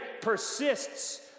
persists